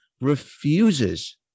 refuses